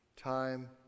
time